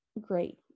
great